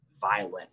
violent